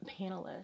panelists